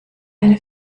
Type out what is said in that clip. eine